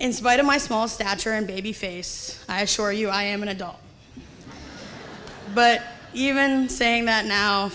in spite of my small stature and babyface i assure you i am an adult but even saying that now